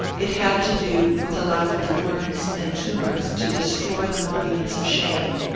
it had to do with allowing the worms and tumors to destroy the monuments of shame,